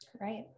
Right